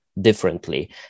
differently